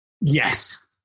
Yes